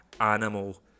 animal